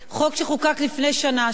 שכל מי שחוצה את הגדר,